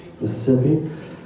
Mississippi